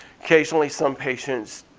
occasionally some patients